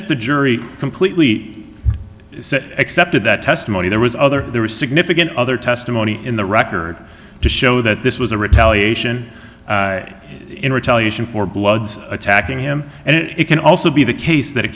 if the jury completely accepted that testimony there was other there was significant other testimony in the record to show that this was a retaliation in retaliation for bloods attacking him and it can also be the case that it